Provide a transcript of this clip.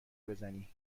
بزنی